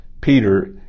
Peter